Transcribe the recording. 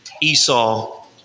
Esau